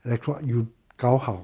electron you 搞好